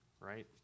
right